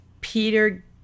Peter